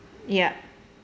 yup